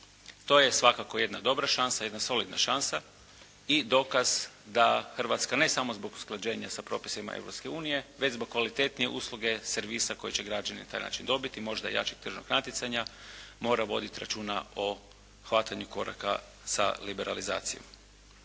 To je svakako jedna dobra, jedna solidna šansa i dokaz da Hrvatska ne samo zbog usklađenja sa propisima Europske unije, već zbog kvalitetnije usluge, servisa koji će građani na taj način dobiti, možda i jačeg tržnog natjecanja, mora voditi računa o hvatanju koraka sa liberalizacijom.